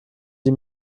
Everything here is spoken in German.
die